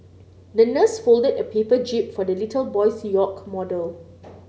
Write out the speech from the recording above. the nurse folded a paper jib for the little boy's yacht model